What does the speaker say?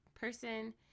person